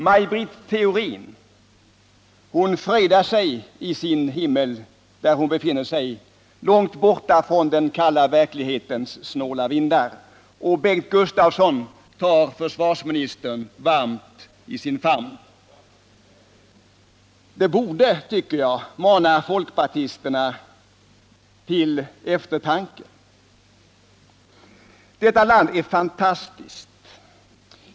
Maj Britt Theorin fröjdar sig i sin himmel, där hon befinner sig, långt borta från den kalla verklighetens snåla vindar, och Bengt Gustavsson tar försvarsministern varmt i sin famn. Det borde mana folkpartisterna till eftertanke. Detta land är fantastiskt.